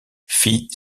fit